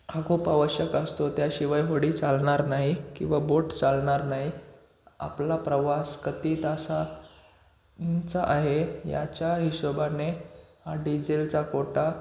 हा खूप आवश्यक असतो त्याशिवाय होडी चालणार नाही किंवा बोट चालणार नाही आपला प्रवास किती तासांचा आहे याच्या हिशोबाने हा डिजेलचा कोटा